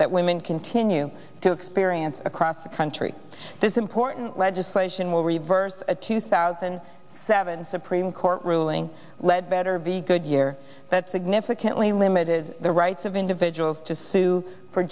that women continue to experience across the country this important legislation will reverse a two thousand and seven supreme court ruling led better be good year that significantly limited the rights of individuals to sue for